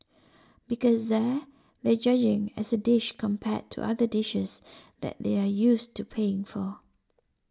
because there they're judging as a dish compared to other dishes that they're used to paying for